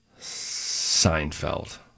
Seinfeld